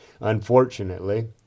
Unfortunately